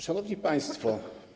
Szanowni Państwo!